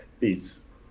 peace